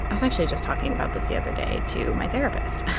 was actually just talking about this the other day to my therapist.